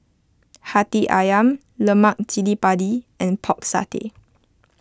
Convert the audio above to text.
Hati Ayam Lemak Cili Padi and Pork Satay